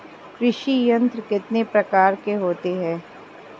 कृषि यंत्र कितने प्रकार के होते हैं?